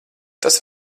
tas